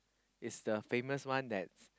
is the famous one that